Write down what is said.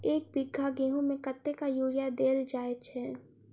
एक बीघा गेंहूँ मे कतेक यूरिया देल जाय छै?